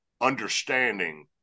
understanding –